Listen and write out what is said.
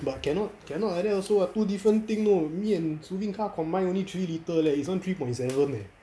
but cannot cannot like that also [what] two different thing know me and shu bin car combined only three litre leh his [one] three point seven leh